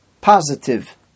positive